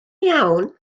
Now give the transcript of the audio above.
iawn